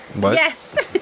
Yes